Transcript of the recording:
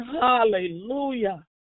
hallelujah